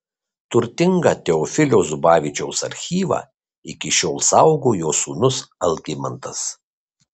turtingą teofilio zubavičiaus archyvą iki šiol saugo jo sūnus algimantas